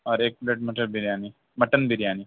اور ایک پلیٹ مٹر بریانی مٹن بریانی